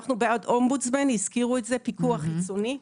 אנחנו בעד פיקוח חיצוני,